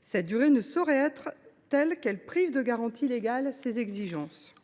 cette durée ne saurait être telle qu’elle prive de garanties légales ces exigences ».